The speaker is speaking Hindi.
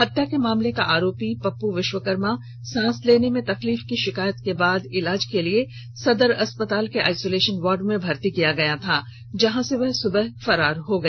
हत्या के मामले का आरोपी पप्प विश्वकर्मा को सांस लेने में तकलीफ की शिकायत के बाद इलाज के लिए सदर अस्पताल के आइसोलेशन वार्ड में भर्ती किया गया था जहां से वह सुबह फरार हो गया